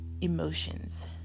emotions